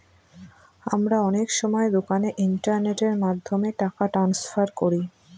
আমরা অনেক সময় দোকানে ইন্টারনেটের মাধ্যমে টাকা ট্রান্সফার করি